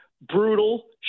brutal